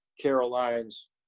Caroline's